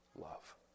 love